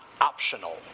optional